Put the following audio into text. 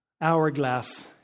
hourglass